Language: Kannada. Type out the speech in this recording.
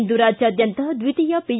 ಇಂದು ರಾಜ್ಯಾದ್ಯಂತ ದ್ವಿತೀಯ ಪಿ